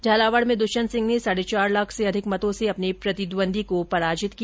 झालावाड में दृष्यंत सिंह ने साढे चार लाख से अधिक मतों से अपने प्रतिद्वंदी पराजित किया